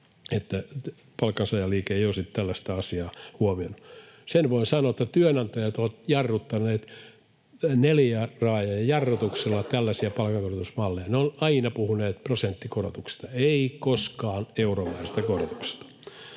palkansaajaliike ei olisi tällaista asiaa huomioinut. Sen voin sanoa, että työnantajat ovat jarruttaneet neliraajajarrutuksella tällaisia palkankorotusmalleja. Ne ovat aina puhuneet prosenttikorotuksista, eivät koskaan euromääräisistä korotuksista.